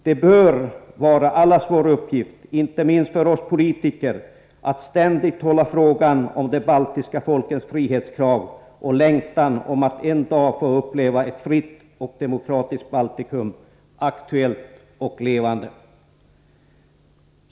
Det bör vara allas vår uppgift, inte minst för oss politiker, att ständigt hålla frågan om de baltiska folkens frihetskrav och längtan att en dag få uppleva ett fritt och demokratiskt Baltikum aktuell och levande.